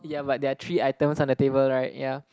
yeah but there are three items on the table right yeah